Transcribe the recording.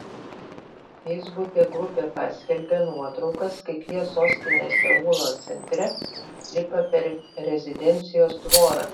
feisbuke grupė paskelbė nuotraukas kaip jie sostinės seulo centre lipa per rezidencijos tvorą